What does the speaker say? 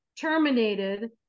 terminated